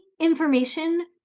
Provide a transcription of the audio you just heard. information